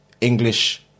English